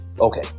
Okay